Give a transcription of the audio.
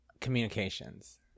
communications